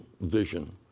vision